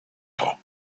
top